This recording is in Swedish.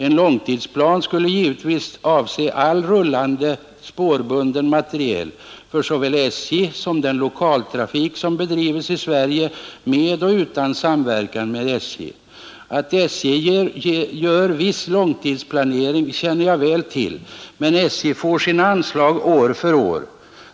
En långtidsplan skulle givetvis avse all rullande spårbunden materiel för såväl SJ som den lokaltrafik som bedrivs i Sverige med eller utan samverkan med SJ. Att SJ gör viss långtidsplanering känner jag väl till, men SJ får sina anslag år för år.